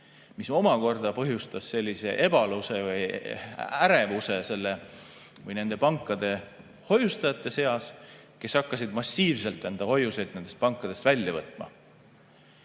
See omakorda põhjustas sellise ebaluse või ärevuse nende pankade hoiustajate seas, kes hakkasid massiivselt enda hoiuseid nendest pankadest välja võtma.